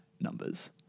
numbers